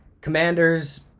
Commanders